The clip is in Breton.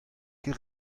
ket